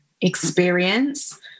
experience